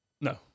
No